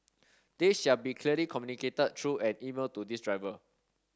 this shall be clearly communicated through an email to these driver